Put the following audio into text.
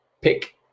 Pick